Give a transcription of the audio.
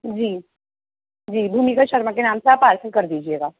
जी जी भूमिका शर्मा के नाम से आप पार्सल कर दीजिएगा